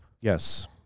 Yes